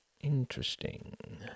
Interesting